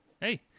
Hey